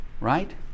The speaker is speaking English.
Right